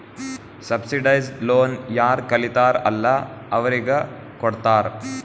subsidised loan ಯಾರ್ ಕಲಿತಾರ್ ಅಲ್ಲಾ ಅವ್ರಿಗ ಕೊಡ್ತಾರ್